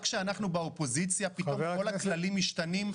רק כשאנחנו באופוזיציה פתאום כל הכללים משתנים?